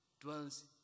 dwells